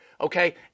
okay